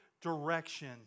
direction